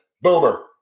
Boomer